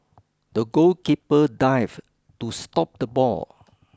the goalkeeper dived to stop the ball